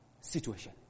situation